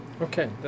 okay